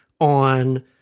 On